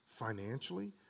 financially